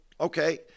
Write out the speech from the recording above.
Okay